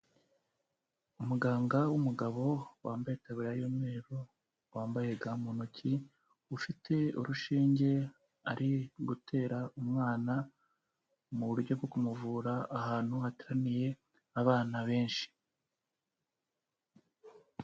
Umuganga w'umugabo wambaye itaburiya y'umweru, wambaye ga mu ntoki, ufite urushinge ari gutera umwana mu buryo bwo kumuvura, ahantu hateraniye abana benshi.